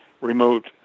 remote